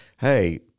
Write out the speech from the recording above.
hey